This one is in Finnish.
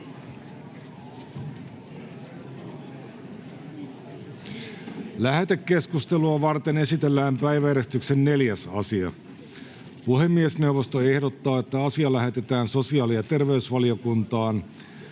Lähetekeskustelua varten esitellään päiväjärjestyksen 6. asia. Puhemiesneuvosto ehdottaa, että asia lähetetään talousvaliokuntaan,